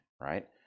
right